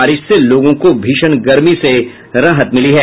बारिश से लोगों को भीषण गर्मी से राहत मिली है